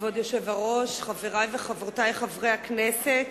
כבוד היושב-ראש, חברי וחברותי חברי הכנסת,